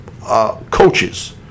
coaches